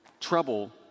trouble